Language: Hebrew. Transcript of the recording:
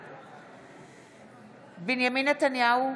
בעד בנימין נתניהו,